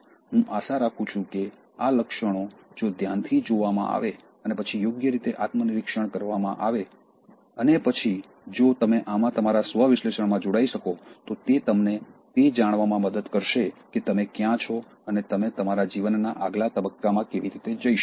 હું આશા રાખું છું કે આ લક્ષણો જો ધ્યાનથી જોવામાં આવે અને પછી યોગ્ય રીતે આત્મનિરીક્ષણ કરવામાં આવે અને પછી જો તમે આમાં તમારા સ્વ વિશ્લેષણમાં જોડાઈ શકો તો તે તમને તે જાણવામાં મદદ કરશે કે તમે ક્યાં છો અને તમે તમારા જીવનના આગલા તબક્કામાં કેવી રીતે જઈ શકો છો